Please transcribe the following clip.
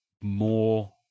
more